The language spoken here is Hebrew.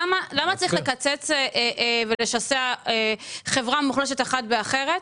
למה צריך לקצץ ולשסע חברה מוחלשת אחת באחרת?